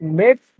make